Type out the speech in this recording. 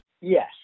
Yes